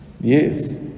Yes